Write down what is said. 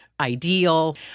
ideal